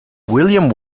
william